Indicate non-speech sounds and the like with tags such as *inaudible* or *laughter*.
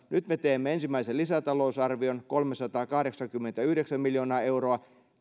*unintelligible* nyt me teemme ensimmäisen lisätalousarvion kolmesataakahdeksankymmentäyhdeksän miljoonaa euroa